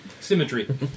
Symmetry